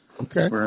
okay